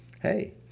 hey